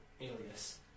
alias